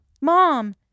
Mom